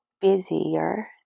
busier